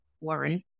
Warren